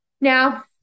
Now